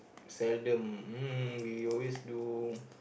seldom um we always do